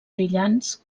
brillants